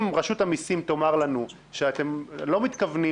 אם רשות המיסים תאמר לנו שאתם לא מתכוונים